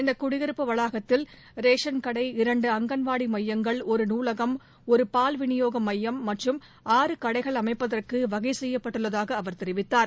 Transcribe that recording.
இந்த குடியிருப்பு வளாகத்தில் ரேஷன் கடை இரன்டு அங்கன்வாடி மையங்கள் ஒரு நூலகம் ஒரு பால் விளியோக மையம் மற்றும் ஆறு கடைகள் அமைப்பதற்கு வகை செய்யப்பட்டுள்ளதாக அவர் தெரிவித்தார்